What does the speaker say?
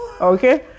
okay